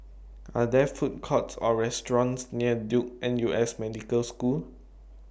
Are There Food Courts Or restaurants near Duke N U S Medical School